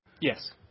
Yes